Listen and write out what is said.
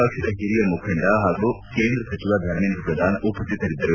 ಪಕ್ಷದ ಹಿರಿಯ ಮುಖಂಡ ಹಾಗೂ ಕೇಂದ್ರ ಸಚಿವ ಧರ್ಮೇಂದ್ರ ಪ್ರಧಾನ್ ಉಪಸ್ಥಿತರಿದ್ದರು